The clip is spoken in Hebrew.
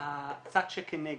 הצד שכנגד.